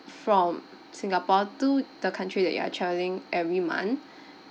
from singapore to the country that you are travelling every month